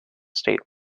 state